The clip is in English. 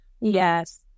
Yes